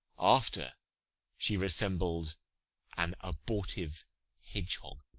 after she resembled an abortive hedge-hog.